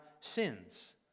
sins